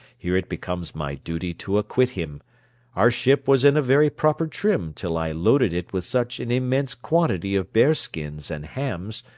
here it becomes my duty to acquit him our ship was in a very proper trim till i loaded it with such an immense quantity of bear-skins and hams,